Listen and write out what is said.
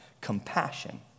compassion